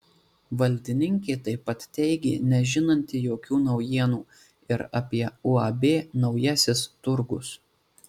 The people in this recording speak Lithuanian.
valdininkė taip pat teigė nežinanti jokių naujienų ir apie uab naujasis turgus